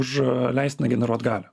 už leistiną generuot galią